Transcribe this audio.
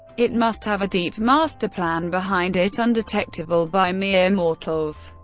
it must have a deep master plan behind it, undetectable by mere mortals.